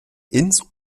ins